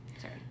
sorry